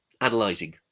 analyzing